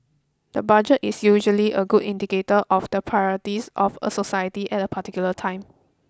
the budget is usually a good indicator of the priorities of a society at a particular time